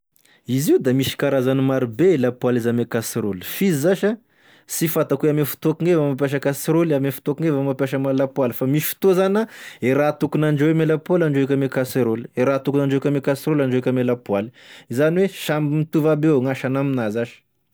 Izy io da misy karazany marobe e lapoaly izy ame kasirôly, f'izy zashy a sy fantako ame fotoa akô gne vo mampiasa kasirôly ame fotoa ako gne vo mampiasa ma- lapoaly fa misy fotoa zany a e raha tokony andrahoy e ame lapoaly andrahoako ame kaserôly, e raha tokony andrahoako ame kaserôly andrahoako ame lapoaly, zany oe samby mitovy aby avao gne asany aminà zashy.